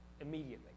immediately